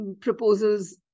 proposals